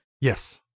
Yes